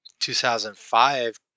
2005